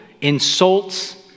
insults